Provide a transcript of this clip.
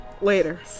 Later